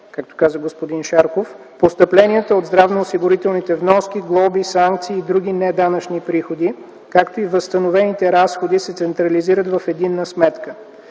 както каза господин Шарков, постъпленията от здравноосигурителните вноски, глоби, санкции и други неданъчни приходи, както и възстановените разходи, се централизират в единна сметка.